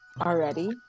already